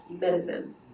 medicine